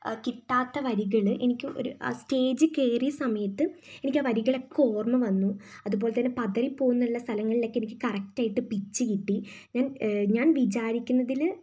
കിട്ടാത്ത വരികൾ എനിക്ക് ഒരു ആ സ്റ്റേജിൽ കയറിയ സമയത്ത് എനിക്ക് ആ വരികളൊക്കെ ഓർമ്മ വന്നു അതുപോലെ തന്നെ പതറിപ്പോകും എന്നുള്ള സ്ഥലങ്ങളിൽ ഒക്കെ എനിക്ക് കറക്ട് ആയിട്ട് പിച്ച് കിട്ടി ഞാൻ ഞാൻ വിചാരിക്കുന്നതിൽ